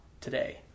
today